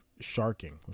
sharking